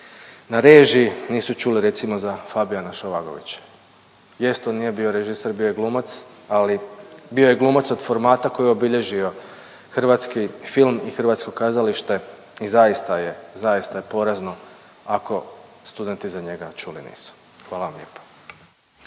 na režiji nisu čuli recimo za Fabijana Šovagovića. Jest on nije bio režiser, bio je glumac ali bio je glumac od formata koji je obilježio hrvatski film i hrvatsko kazalište i zaista je, zaista je porazno ako studenti za njega čuli nisu. Hvala vam lijepa.